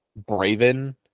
Braven